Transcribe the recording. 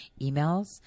emails